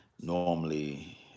normally